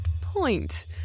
point